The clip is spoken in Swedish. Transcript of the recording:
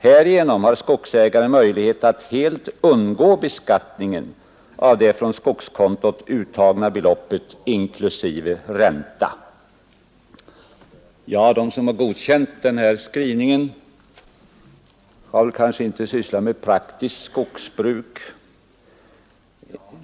Härigenom har skogsägaren möjlighet att helt undgå beskattning av det från skogskontot uttagna beloppet inklusive ränta.” De som har godkänt skrivningen har kanske inte sysslat med praktiskt skogsbruk.